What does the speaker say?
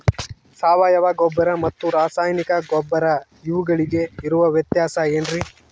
ಸಾವಯವ ಗೊಬ್ಬರ ಮತ್ತು ರಾಸಾಯನಿಕ ಗೊಬ್ಬರ ಇವುಗಳಿಗೆ ಇರುವ ವ್ಯತ್ಯಾಸ ಏನ್ರಿ?